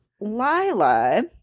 Lila